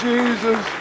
Jesus